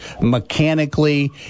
mechanically